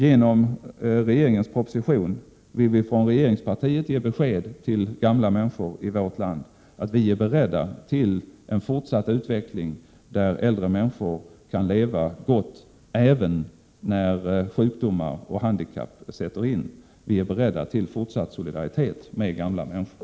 Genom regeringens proposition vill vi från regeringspartiet ge besked till gamla människor i vårt land att vi är beredda till en fortsatt utveckling där äldre människor kan leva gott även när sjukdomar och handikapp sätter in. Vi är beredda till fortsatt solidaritet med gamla människor.